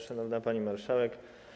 Szanowna Pani Marszałek!